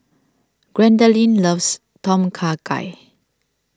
Gwendolyn loves Tom Kha Gai